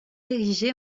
érigée